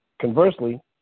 Conversely